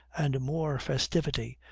and more festivity,